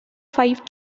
five